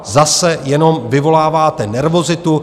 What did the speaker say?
Zase jenom vyvoláváte nervozitu.